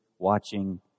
watching